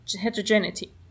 heterogeneity